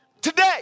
Today